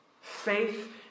faith